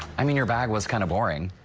i mean, your bag was kind of boring.